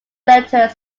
letters